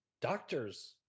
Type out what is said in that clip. Doctors